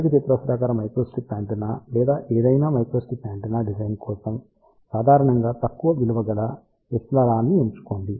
దీర్ఘచతురస్రాకార microstrip antenna లేదా ఏదైనా మైక్రోస్ట్రిప్ యాంటెన్నా డిజైన్ కోసం సాధారణంగా తక్కువ విలువ గల εr నిఎంచుకోండి